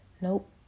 Nope